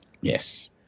Yes